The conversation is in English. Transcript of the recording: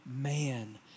man